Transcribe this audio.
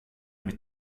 mit